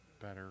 better